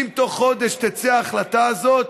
אם תוך חודש תצא ההחלטה הזאת,